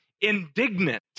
indignant